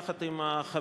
יחד עם החברים,